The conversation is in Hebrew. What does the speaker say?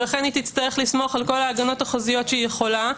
ולכן היא תצטרך לסמוך על כל ההגנות החוזיות שהיא יכולה,